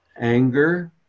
anger